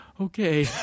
okay